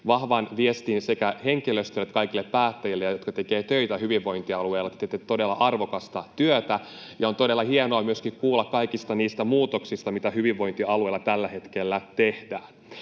vahvan viestin sekä henkilöstölle että kaikille päättäjille, jotka tekevät töitä hyvinvointialueilla: te teette todella arvokasta työtä, ja on todella hienoa myöskin kuulla kaikista niistä muutoksista, mitä hyvinvointialueilla tällä hetkellä tehdään.